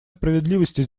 справедливости